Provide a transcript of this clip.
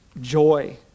joy